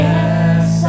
Yes